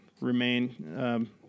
remain